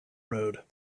road